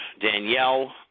Danielle